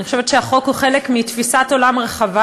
אני חושבת שהחוק הוא חלק מתפיסת עולם רחבה